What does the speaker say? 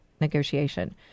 negotiation